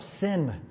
sin